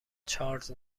چارلز